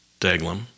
Daglam